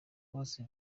bose